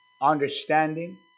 Understanding